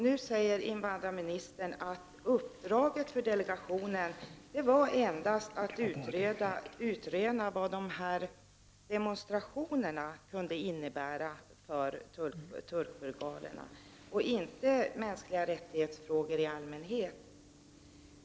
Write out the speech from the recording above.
Nu säger invandrarministern att uppdraget för delegationen endast var att utröna vad dessa demonstrationer kunde innebära för turkbulgarerna och inte att studera mänskliga rättighetsfrågor i allmänhet.